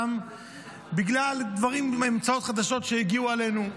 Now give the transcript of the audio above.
בגלל המצאות חדשות שהגיעו עלינו,